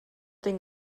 den